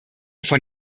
von